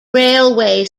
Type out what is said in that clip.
railway